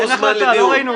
הוא הוזמן לדיון?